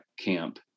camp